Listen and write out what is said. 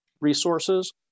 resources